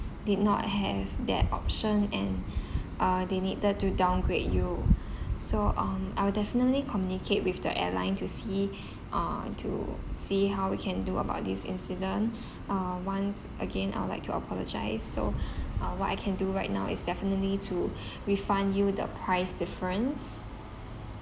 did not have that option and uh they needed to downgrade you so um I will definitely communicate with the airline to see uh to see how we can do about this incident uh once again I would like to apologise so uh what I can do right now is definitely to refund you the price difference